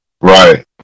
Right